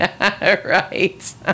Right